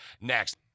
Next